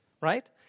right